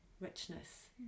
richness